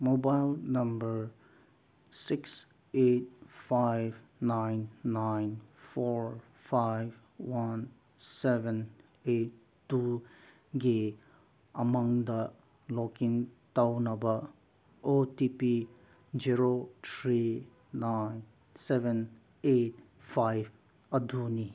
mobile number six eight five nine nine four five one seven eight two ꯒꯤ ꯎꯃꯪꯗ ꯂꯣꯛꯏꯟ ꯇꯧꯅꯕ O T P zero three nine seven eight five ꯑꯗꯨꯅꯤ